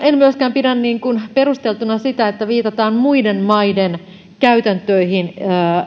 en myöskään pidä perusteltuna sitä että viitataan käytäntöihin